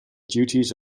duties